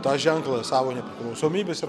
tą ženklą savo nepriklausomybės ir